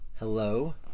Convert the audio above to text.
Hello